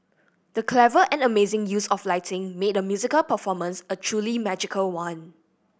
the clever and amazing use of lighting made the musical performance a truly magical one